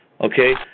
Okay